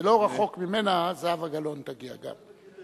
ולא רחוק ממנה, זהבה גלאון תגיע גם.